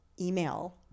email